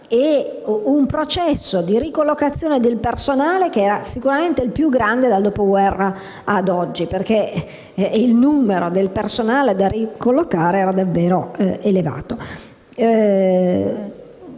e un processo di ricollocazione del personale che è stato sicuramente il più grande dal dopoguerra ad oggi, perché il numero delle persone da ricollocare era davvero elevato.